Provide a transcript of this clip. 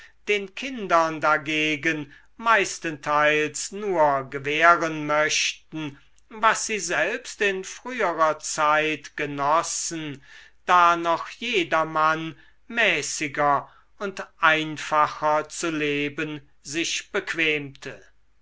den kindern dagegen meistenteils nur gewähren möchten was sie selbst in früherer zeit genossen da noch jedermann mäßiger und einfacher zu leben sich bequemte